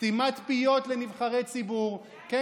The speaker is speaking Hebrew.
סתימת פיות לנבחרי ציבור, אולי די כבר?